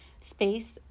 Space